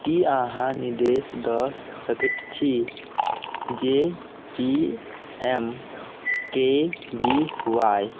की अहाँ निर्देश दऽ सकैत छी जे P M K V Y